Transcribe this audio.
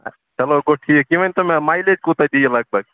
چَلو گوٚو ٹھیٖک یہِ ؤنۍتو مےٚ مایلیج کوٗتاہ دِیہِ لگ بگ